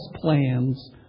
plans